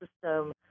system